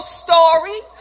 story